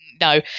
No